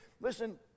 Listen